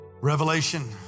Revelation